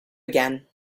again